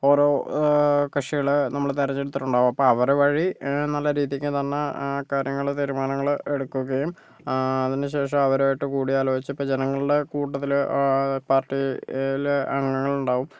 ഓരോ കക്ഷികളെ നമ്മൾ തെരഞ്ഞെടുത്തിട്ടുണ്ടാവും അപ്പോൾ അവര് വഴി നല്ല രീതിക്ക് തന്നെ കാര്യങ്ങൾ തീരുമാനങ്ങള് എടുക്കുകയും അതിനു ശേഷം അവരുമായിട്ട് കൂടിയാലോചിച്ച് ജനങ്ങളുടെ കൂട്ടത്തില് പാർട്ടിയില് അംഗങ്ങൾ ഉണ്ടാകും